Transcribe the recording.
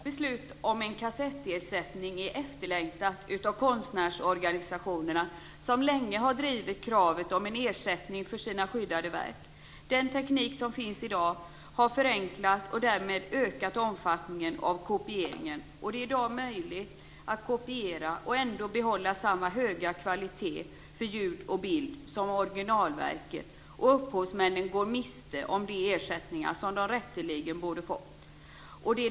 Herr talman! Dagens beslut om en kassettersättning är efterlängtat av konstnärsorganisationerna, som länge har drivit kravet om en ersättning för sina skyddade verk. Den teknik som finns i dag har förenklat och därmed ökat omfattningen av kopiering. Det är i dag möjligt att kopiera och ändå behålla samma höga kvalitet på ljud och bild som originalverket, och upphovsmännen går miste om de ersättningar som de rätteligen borde fått.